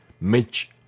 Mitch